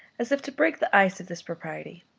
as if to break the ice of this propriety.